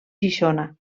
xixona